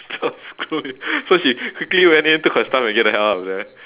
screw you so she quickly went in took her stuff and get out of there